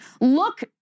look